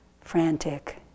frantic